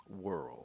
world